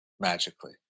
magically